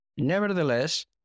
Nevertheless